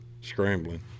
scrambling